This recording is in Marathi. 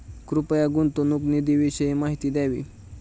कृपया गुंतवणूक निधीविषयी माहिती द्यावी